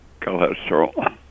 cholesterol